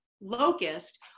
locust